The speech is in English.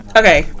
okay